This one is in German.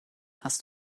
hast